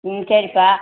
ம் சரிப்பா